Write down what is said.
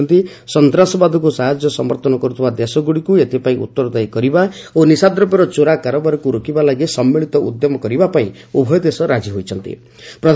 ପ୍ରଧାନମନ୍ତ୍ରୀ କହିଛନ୍ତି ସନ୍ତାସବାଦକୁ ସାହାଯ୍ୟ ସମର୍ଥନ କରୁଥିବା ଦେଶଗୁଡ଼ିକୁ ଏଥିପାଇଁ ଉତ୍ତରଦାୟୀ କରିବା ଓ ନିଶାଦ୍ରବ୍ୟର ଚୋରା କାରବାରକୁ ରୋକିବା ଲାଗି ସମ୍ମିଳିତ ଉଦ୍ୟମ କରିବା ପାଇଁ ଉଭୟ ଦେଶ ରାଜି ହୋଇଛନ୍ତି